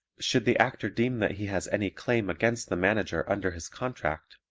should the actor deem that he has any claim against the manager under his contract